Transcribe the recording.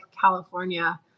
California